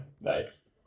Nice